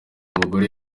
mugore